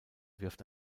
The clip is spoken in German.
wirft